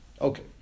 Okay